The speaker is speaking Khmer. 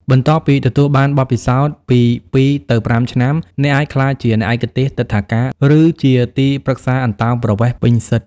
បន្ទាប់ពីទទួលបានបទពិសោធន៍ពី ២ទៅ៥ ឆ្នាំ អ្នកអាចក្លាយជា អ្នកឯកទេសទិដ្ឋាការ ឬជាទីប្រឹក្សាអន្តោប្រវេសន៍ពេញសិទ្ធ។